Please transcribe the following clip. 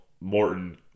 Morton